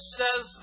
says